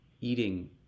eating